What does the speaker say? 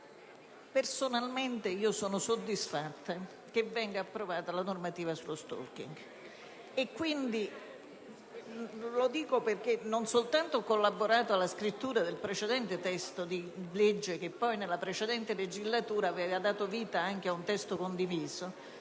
Personalmente sono soddisfatta che venga approvata la normativa sullo *stalking*. Lo dico non soltanto perché ho collaborato alla scrittura del precedente testo di legge, che poi nella precedente legislatura aveva dato vita anche ad un atto condiviso,